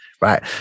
Right